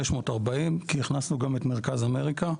3,540,000 כי הכנסנו גם את מרכז אמריקה.